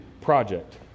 project